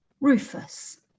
Rufus